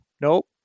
Nope